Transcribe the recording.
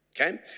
okay